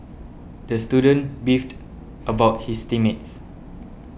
the student beefed about his team mates